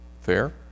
Fair